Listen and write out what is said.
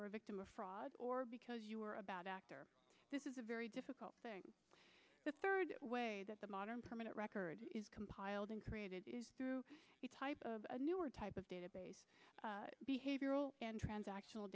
were a victim of fraud or because you were about actor this is a very difficult thing the third way that the modern permanent record is compiled and created through a type of a newer type of database behavioral a